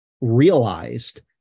realized